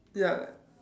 ya